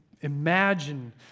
Imagine